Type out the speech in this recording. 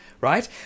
right